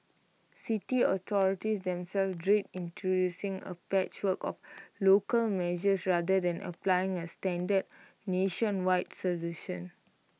city authorities themselves dread introducing A patchwork of local measures rather than applying A standard nationwide solution